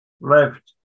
left